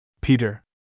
Peter